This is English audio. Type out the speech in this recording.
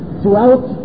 throughout